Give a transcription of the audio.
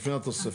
לפני התוספת.